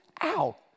out